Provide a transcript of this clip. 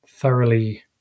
Thoroughly